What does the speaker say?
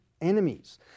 enemies